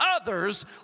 others